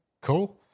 cool